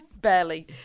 barely